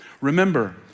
Remember